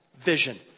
vision